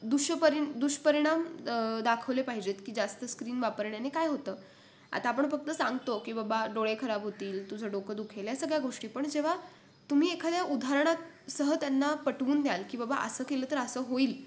दुष्यपरिन दुष्परिणाम दाखवले पाहिजेत की जास्त स्क्रीन वापरण्याने काय होतं आता आपण फक्त सांगतो की बाबा डोळे खराब होतील तुझं डोकं दुखेल या सगळ्या गोष्टी पण जेव्हा तुम्ही एखाद्या उदाहरणासह त्यांना पटवून द्याल की बाबा असं केलं तर असं होईल